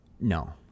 no